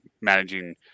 managing